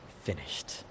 finished